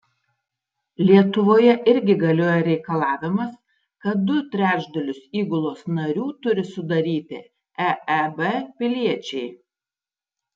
lietuvoje irgi galioja reikalavimas kad du trečdalius įgulos narių turi sudaryti eeb piliečiai